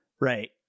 right